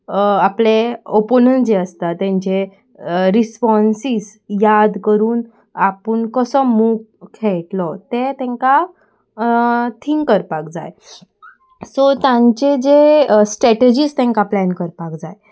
आपले ओपोनन्ट जे आसता तेंचे रिस्पोन्सीस याद करून आपूण कसो मूव खेळटलो ते तेंकां थिंक करपाक जाय सो तांचे जे स्ट्रेटजीस तेंकां प्लॅन करपाक जाय